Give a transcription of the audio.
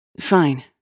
Fine